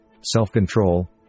self-control